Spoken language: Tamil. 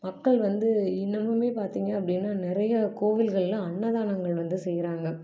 மக்கள் வந்து இன்னமுமே பார்த்திங்க அப்படின்னா நிறைய கோவில்களில் அன்னதானங்கள் வந்து செய்யறாங்க